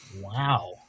Wow